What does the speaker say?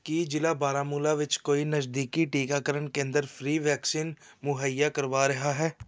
ਕੀ ਜ਼ਿਲ੍ਹਾ ਬਾਰਾਮੂਲਾ ਵਿੱਚ ਕੋਈ ਨਜ਼ਦੀਕੀ ਟੀਕਾਕਰਨ ਕੇਂਦਰ ਫ੍ਰੀ ਵੈਕਸੀਨ ਮੁਹੱਈਆ ਕਰਵਾ ਰਿਹਾ ਹੈ